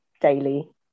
daily